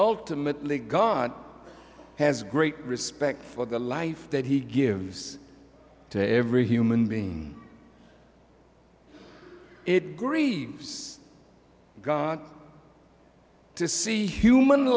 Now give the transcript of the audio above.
ultimately god has great respect for the life that he gives to every human being it grieves god to see human